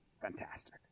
Fantastic